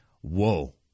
whoa